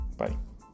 bye